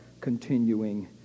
continuing